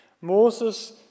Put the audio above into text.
Moses